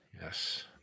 Yes